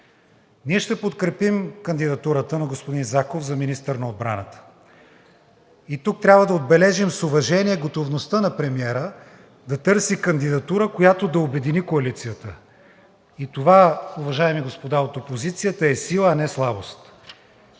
Ние ще подкрепим кандидатурата на господин Заков за министър на отбраната. И тук трябва да отбележим с уважение готовността на премиера да търси кандидатура, която да обедини коалицията. Това, уважаеми господа от опозицията, е сила, а не слабост.